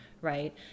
Right